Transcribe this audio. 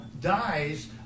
dies